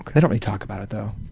they don't really talk about it though,